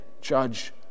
judge